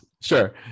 Sure